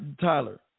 Tyler